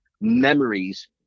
memories